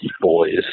boys